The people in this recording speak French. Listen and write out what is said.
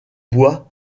bois